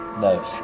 No